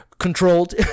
Controlled